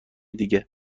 دیگه